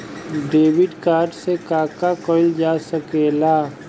Debit card से का का कइल जा सके ला?